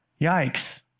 Yikes